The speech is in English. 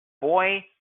boy